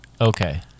Okay